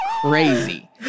crazy